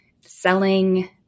selling